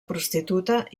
prostituta